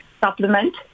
supplement